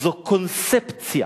זו קונספציה.